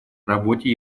работе